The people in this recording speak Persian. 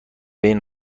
بین